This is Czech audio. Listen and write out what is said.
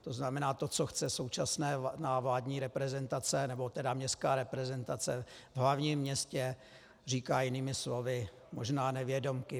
To znamená, to, co chce současná vládní reprezentace, nebo tedy městská reprezentace v hlavním městě, říká jinými slovy možná nevědomky